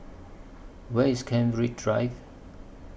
Where IS Kent Ridge Drive